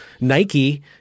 Nike